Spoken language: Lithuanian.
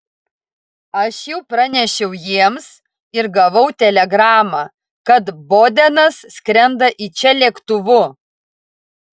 aš jau pranešiau jiems ir gavau telegramą kad bodenas skrenda į čia lėktuvu